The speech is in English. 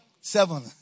Seven